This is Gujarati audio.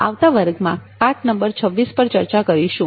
આવતા વર્ગમાં પાઠ નંબર 26 ઉપર ચર્ચા કરીશું